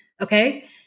Okay